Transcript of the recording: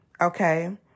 okay